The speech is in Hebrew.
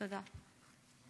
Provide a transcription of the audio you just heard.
תודה.